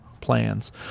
plans